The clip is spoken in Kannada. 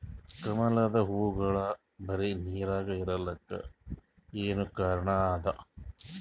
ಕಮಲದ ಹೂವಾಗೋಳ ಬರೀ ನೀರಾಗ ಇರಲಾಕ ಏನ ಕಾರಣ ಅದಾ?